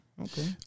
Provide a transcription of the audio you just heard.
Okay